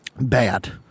bad